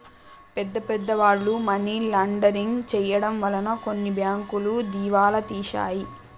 పెద్ద పెద్ద వాళ్ళు మనీ లాండరింగ్ చేయడం వలన కొన్ని బ్యాంకులు దివాలా తీశాయి